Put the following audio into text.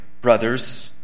brothers